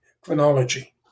chronology